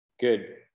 good